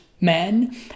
men